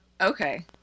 Okay